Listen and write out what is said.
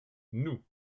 nous